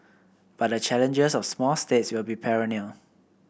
but the challenges of small states will be perennial